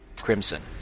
crimson